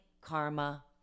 karma